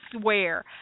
swear